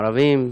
ערבים,